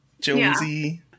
jonesy